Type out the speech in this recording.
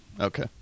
Okay